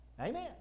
Amen